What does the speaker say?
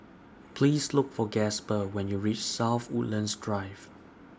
Please Look For Gasper when YOU REACH South Woodlands Drive